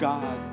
God